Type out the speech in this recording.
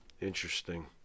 Interesting